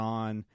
on